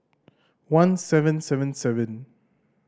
one seven seven seven